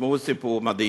תשמעו סיפור מדהים.